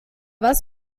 was